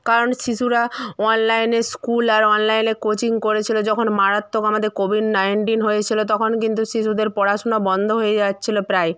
কারণ শিশুরা অনলাইনে স্কুল আর অনলাইলে কোচিং করেছিলো যখন মারাত্মক আমাদের কোভিড নাইন্টিন হয়েছিলো তখন কিন্তু শিশুদের পড়াশোনা বন্ধ হয়ে যাচ্ছিলো প্রায়